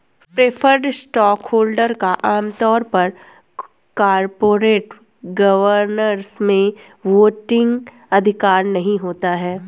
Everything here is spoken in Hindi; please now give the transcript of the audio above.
प्रेफर्ड स्टॉकहोल्डर का आम तौर पर कॉरपोरेट गवर्नेंस में वोटिंग अधिकार नहीं होता है